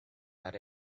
that